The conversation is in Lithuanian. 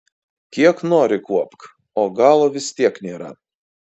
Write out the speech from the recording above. kiek nori kuopk o galo vis tiek nėra